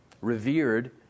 revered